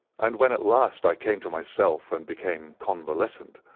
and when at last i came to myself and became convalescent,